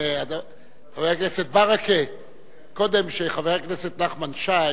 חבר הכנסת ברכה, קודם, כשחבר הכנסת נחמן שי